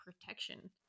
protection